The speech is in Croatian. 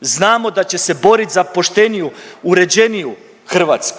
Znamo da će se borit za pošteniju, uređeniju Hrvatsku,